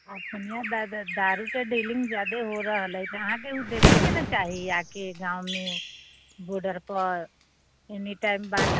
आओर दारूके डीलिंग जादे हो रहल अइ अहाँके उ देखैके ने चाही उ आके गाँवमे बोर्डरपर एनी टाइमपर